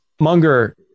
Munger